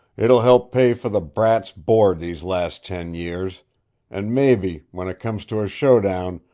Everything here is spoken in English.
it'll help pay for the brat's board these last ten years an' mebby, when it comes to a show-down,